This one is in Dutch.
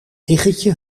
biggetje